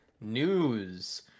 News